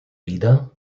wider